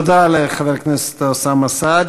וזו היא תמונת מוחמד.) תודה לחבר הכנסת אוסאמה סעדי.